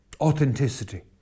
Authenticity